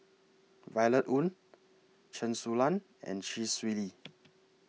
Violet Oon Chen Su Lan and Chee Swee Lee